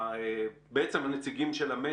לאור הבקשות שראיתי על אותם 10 אחוזים שלא אישרו להם,